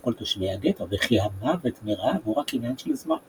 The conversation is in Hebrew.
כל תושבי הגטו וכי המוות מרעב הוא רק עניין של זמן,